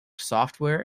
software